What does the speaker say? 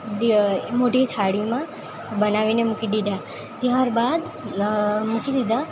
મોટી થાળીમાં બનાવીને મૂકી દીધા ત્યાર બાદ મૂકી દીધા